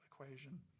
equation